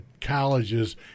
colleges